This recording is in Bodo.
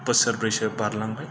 बोसोरब्रैसो बारलांबाय